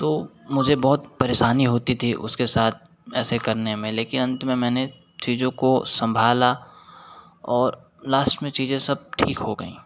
तो मुझे बहुत परेशानी होती थी उसके साथ ऐसे करने में लेकिन मैंने अंत में चीज़ों को सम्भाला और लास्ट में चीज़ें सब ठीक हो गईं